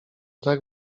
tak